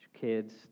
kids